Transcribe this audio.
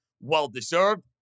Well-deserved